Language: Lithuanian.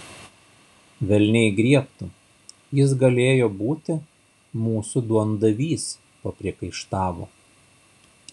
velniai griebtų jis galėjo būti mūsų duondavys papriekaištavo